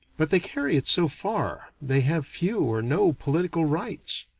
but they carry it so far, they have few or no political rights.